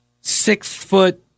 six-foot